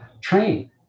train